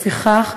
לפיכך,